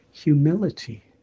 Humility